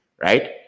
right